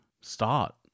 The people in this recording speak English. start